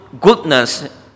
goodness